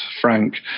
Frank